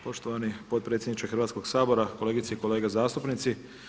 Poštovani potpredsjedniče Hrvatskog sabora, kolegice i kolege zastupnici.